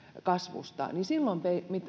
kasvusta niin silloin